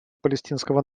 палестинского